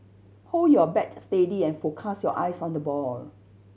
hold your bat steady and focus your eyes on the ball